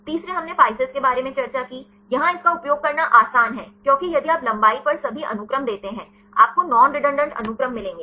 तीसरे हमने PISCES के बारे में चर्चा की यहां इसका उपयोग करना आसान है क्योंकि यदि आप लंबाई पर सभी अनुक्रम देते हैं आपको नॉन रेडंडान्त अनुक्रम मिलेंगे